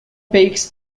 peaks